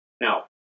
Now